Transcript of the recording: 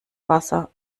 wasser